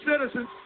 citizens